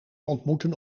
ontmoeten